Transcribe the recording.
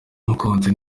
mukunzi